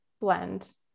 blend